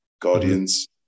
guardians